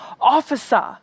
officer